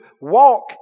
walk